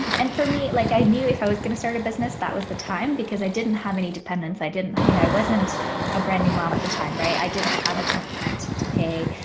and for me like i knew if i was going to start a business that was the time because i didn't have any dependents i didn't you know i wasn't a brand-new mom at the time right? i didn't have a tough rent to pay,